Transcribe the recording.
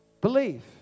believe